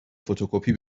فتوکپی